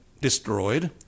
destroyed